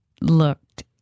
looked